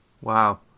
Wow